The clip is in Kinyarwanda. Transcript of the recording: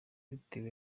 bitewe